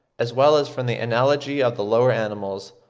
as well as from the analogy of the lower animals,